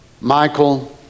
Michael